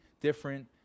different